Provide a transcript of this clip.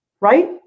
right